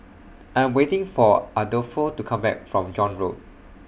I'm waiting For Adolfo to Come Back from John Road